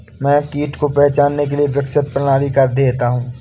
मैं कीट को पहचानने के लिए विकसित प्रणाली का अध्येता हूँ